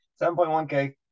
7.1K